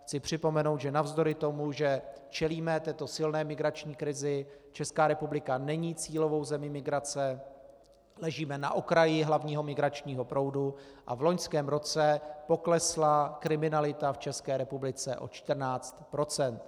Chci připomenout, že navzdory tomu, že čelíme této silné migrační krizi, Česká republika není cílovou zemí migrace, ležíme na okraji hlavního migračního proudu a v loňském roce poklesla kriminalita v České republice o 14 %.